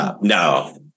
no